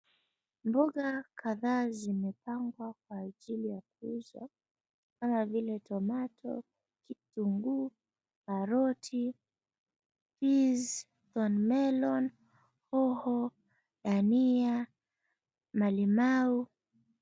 Mboga kadhaa zimepangwa kwa ajili ya kuuzwa kama vile tomato , kitunguu, karoti, peas, thorn melon , hoho, dania, malimau...